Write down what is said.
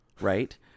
right